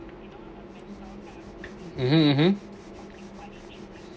mmhmm mmhmm